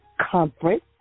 Conference